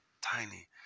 tiny